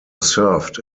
served